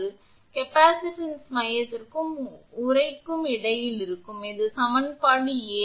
எனவே கேப்பசிட்டன்ஸ் மையத்திற்கும் உறைக்கும் இடையில் இருக்கும் 𝑐 𝑞 2𝜋𝜖𝑜𝜖𝑟 𝑅 ln 𝑟 இது சமன்பாடு 7